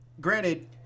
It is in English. Granted